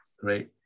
Great